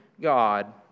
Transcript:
God